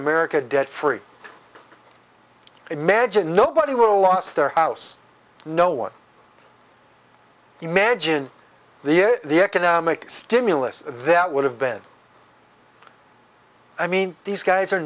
america debt free imagine nobody will lost their house no one imagined the the economic stimulus that would have been i mean these guys are